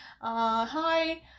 Hi